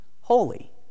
holy